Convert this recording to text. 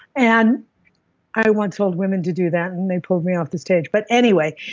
and i once told women to do that, and they pulled me off the stage but anyway,